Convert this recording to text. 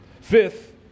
Fifth